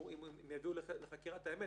אם הן יביאו לחקירת האמת